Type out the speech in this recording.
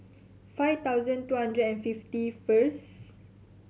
five thousand two hundred and fifty first